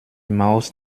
maus